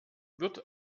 wird